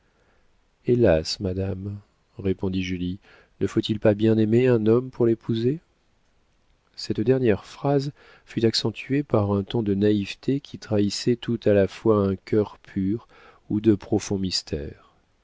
hélas madame répondit julie ne faut-il pas bien aimer un homme pour l'épouser cette dernière phrase fut accentuée par un ton de naïveté qui trahissait tout à la fois un cœur pur ou de profonds